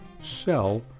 sell